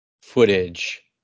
footage